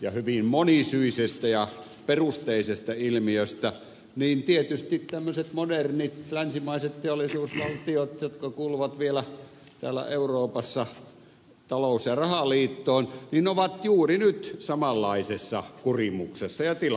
ja hyvin monisyisestä ja perusteisesta ilmiöstä niin tietysti tämmöiset modernit länsimaiset teollisuusvaltiot jotka kuuluvat vielä täällä euroopassa talous ja rahaliittoon ovat juuri nyt samanlaisessa kurimuksessa ja tilanteessa